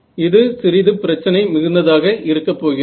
இது சிறிது பிரச்சனை மிகுந்ததாக இருக்கப்போகிறது